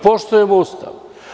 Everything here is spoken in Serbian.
Poštujemo Ustav.